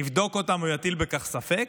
יבדוק אותם או יטיל בכך ספק,